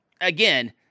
Again